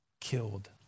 killed